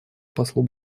послу